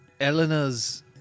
Elena's